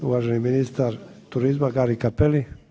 Uvaženi ministar turizma Gari Cappelli.